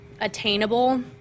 Attainable